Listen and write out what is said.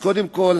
קודם כול,